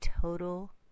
total